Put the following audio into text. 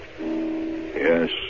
Yes